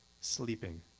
sleeping